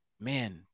man